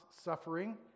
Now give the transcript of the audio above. suffering